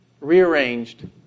rearranged